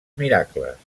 miracles